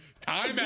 Time